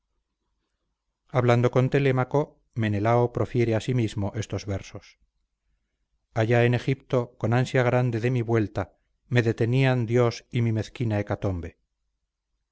hablando con telémaco menelao profiere asimismo estos versos allá en egipto con ansia grande de mi vuelta me detenían dios y mi mezquina hecatombe